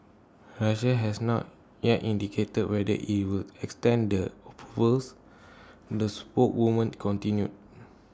Russia has not yet indicated whether IT will extend the approvals the spokeswoman continued